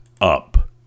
up